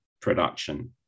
production